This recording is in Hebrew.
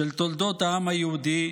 של תולדות העם היהודי,